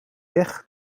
weg